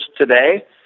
today